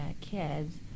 kids